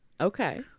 Okay